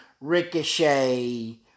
Ricochet